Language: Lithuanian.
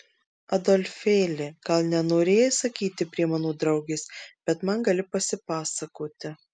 adolfėli gal nenorėjai sakyti prie mano draugės bet man gali pasipasakoti